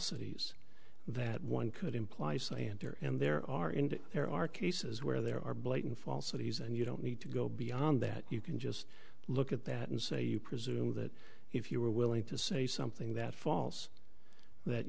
sities that one could imply slander and there are indeed there are cases where there are blatant falsities and you don't need to go beyond that you can just look at that and say you presume that if you were willing to say something that false that